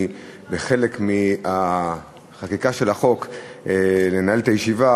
בחלק מהחקיקה של החוק לנהל את הישיבה,